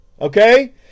Okay